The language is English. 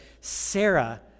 Sarah